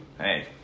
Hey